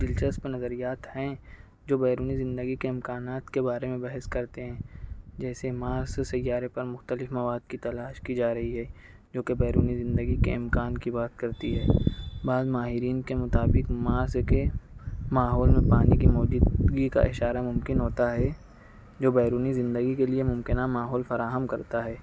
کچھ دلچسپ نظریات ہیں جو بیرونی زندگی کے امکانات کے بارے میں بحث کرتے ہیں جیسے ماہ سے سیارے پر مختلف مواد کی تلاش کی جا رہی ہے جوکہ بیرونی زندگی کے امکان کی بات کرتی ہے بعض ماہرین کے مطابق ماس کے ماحول میں پانی کی موجودگی کا اشارہ ممکن ہوتا ہے جو بیرونی زندگی کے لئے ممکنہ ماحول فراہم کرتا ہے